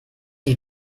ich